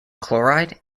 chloride